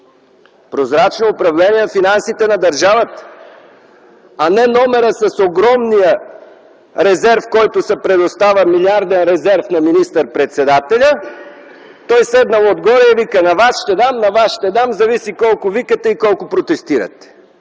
прозрачно управление на финансите на държавата, а не номерът с огромния милиарден резерв, който се предоставя на министър-председателя, той седнал отгоре и вика: „На вас ще дам, на вас ще дам, зависи колко викате и колко протестирате”.